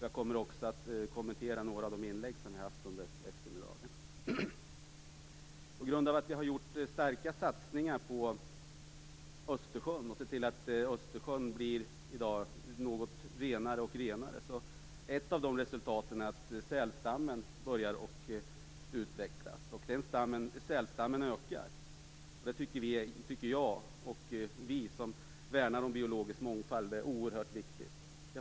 Jag skall också kommentera några av de inlägg som har gjorts under eftermiddagen. Det har gjorts stora satsningar för att Östersjön skall bli renare. Ett av resultaten är att sälstammen har börjat att öka. Det tycker vi som värnar om biologisk mångfald är oerhört glädjande.